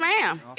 ma'am